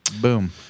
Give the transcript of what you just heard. boom